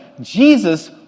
Jesus